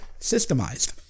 systemized